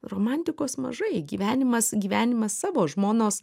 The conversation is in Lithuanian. romantikos mažai gyvenimas gyvenimas savo žmonos